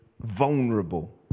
vulnerable